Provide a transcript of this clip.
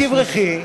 אל תברחי.